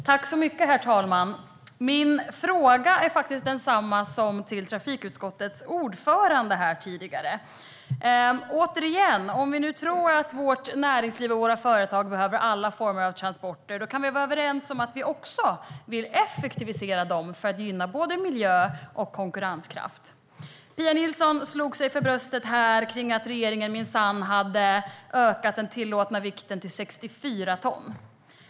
Herr talman! Min fråga är densamma som till trafikutskottets ordförande här tidigare. Återigen, om vi nu tror att vårt näringsliv och våra företag behöver alla former av transporter, kan vi då vara överens om att vi också vill effektivisera dem för att gynna både miljö och konkurrenskraft? Pia Nilsson slog sig för bröstet kring att regeringen minsann hade ökat den tillåtna vikten till 64 ton.